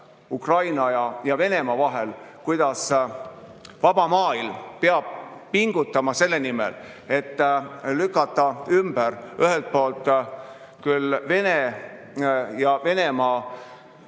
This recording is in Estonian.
Ukraina ja Venemaa vahel, kuidas vaba maailm peab pingutama selle nimel, et lükata ümber ühelt poolt Venemaa